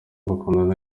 bakundana